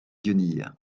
guenilles